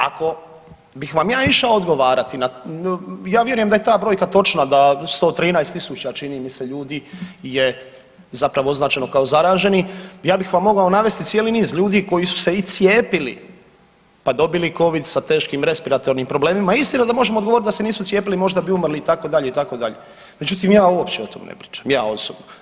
Ako bih vam ja išao odgovarati na, ja vjerujem da je ta brojka točna da 113.000 čini mi se ljudi je zapravo označno kao zaraženi, ja bih vam mogao navesti cijeli niz ljudi koji su se i cijepili pa dobili Covid sa teškim respiratornim problemima istina da možemo ogovorit da se nisu cijepili možda bi umrli itd., itd., međutim ja uopće o tome ne pričam, ja osobno.